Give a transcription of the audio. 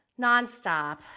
nonstop